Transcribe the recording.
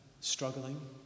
struggling